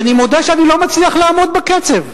ואני מודה שאני לא מצליח לעמוד בקצב.